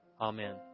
Amen